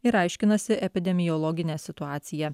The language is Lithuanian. ir aiškinasi epidemiologinę situaciją